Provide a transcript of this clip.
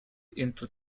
into